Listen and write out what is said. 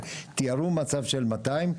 אבל אם הם תיארו מצב של 200,